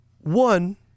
One